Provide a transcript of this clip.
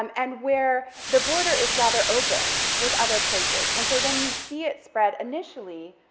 um and where the border is rather open with other places. and so then we see it spread initially,